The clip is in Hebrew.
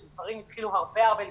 שדברים התחילו הרבה הרבה לפני,